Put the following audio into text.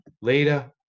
later